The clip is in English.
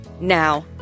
Now